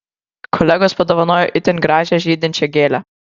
kolegos padovanojo itin gražią žydinčią gėlę